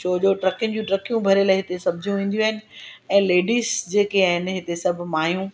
छोजो ट्रकीनि जूं ट्रकियूं भरे लए हिते सब्जियूं ईंदियूं आहिनि ऐं लेडिस जेके आहिनि हिते सभु माइयूं